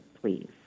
please